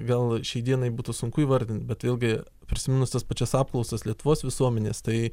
gal šiai dienai būtų sunku įvardint bet vėlgi prisiminus tas pačias apklausas lietuvos visuomenės tai